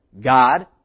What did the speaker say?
God